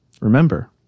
remember